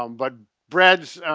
um but breads,